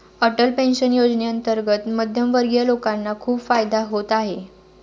Atal pension योजनेअंतर्गत मध्यमवर्गीय लोकांना खूप फायदा होत आहे